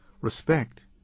Respect